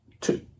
two